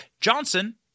Johnson